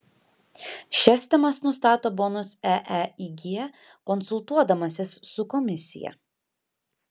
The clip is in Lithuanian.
šias temas nustato bonus eeig konsultuodamasis su komisija